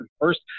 First